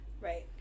Right